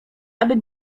ażeby